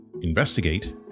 investigate